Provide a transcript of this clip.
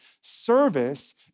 Service